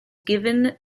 given